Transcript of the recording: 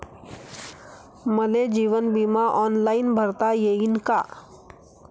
मले जीवन बिमा ऑनलाईन भरता येईन का?